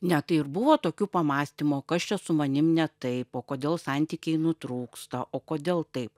ne tai ir buvo tokių pamąstymų o kas čia su manim ne taip o kodėl santykiai nutrūksta o kodėl taip